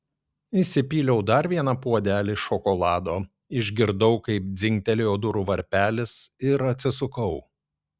įsipyliau dar vieną puodelį šokolado išgirdau kaip dzingtelėjo durų varpelis ir atsisukau